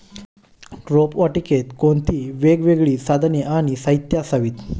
रोपवाटिकेत कोणती वेगवेगळी साधने आणि साहित्य असावीत?